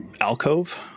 alcove